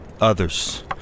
others